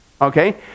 Okay